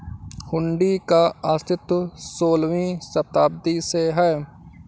हुंडी का अस्तित्व सोलहवीं शताब्दी से है